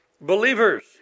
believers